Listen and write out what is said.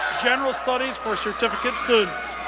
general studies for certificate students.